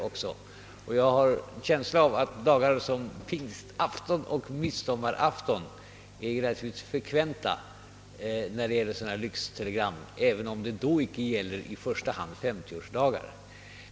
Och jag har en känsla av att exempelvis pingstoch midsommarafton är relativt frekventa när det gäller avsändandet av lyxtelegram, även om de då inte i första hand gäller 50-årsdagar.